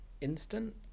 instant